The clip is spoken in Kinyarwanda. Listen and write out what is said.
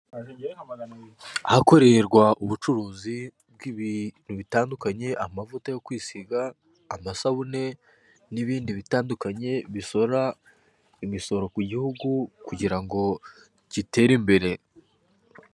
Ahakorerwa ubucuruzi bw'ibintu bitandukanye: amavuta yo kwisiga, amasabune n'ibindi bitandukanye bisora imisoro ku gihugu, kugira ngo gitere imbere.